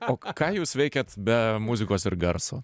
o ką jūs veikiat be muzikos ir garso